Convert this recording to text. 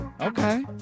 Okay